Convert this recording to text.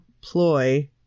ploy